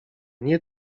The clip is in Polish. nie